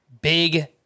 big